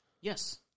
Yes